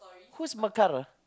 who is Mekar ah